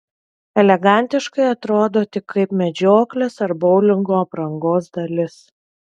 elegantiškai atrodo tik kaip medžioklės ar boulingo aprangos dalis